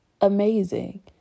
amazing